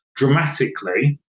Dramatically